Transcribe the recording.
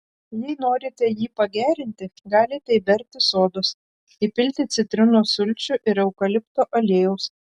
jei norite jį pagerinti galite įberti sodos įpilti citrinos sulčių ir eukalipto aliejaus